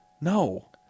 No